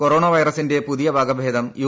കൊറ്റോണ് വൈറസിന്റെ പുതിയ വകഭേദം യു